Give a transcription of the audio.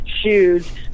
shoes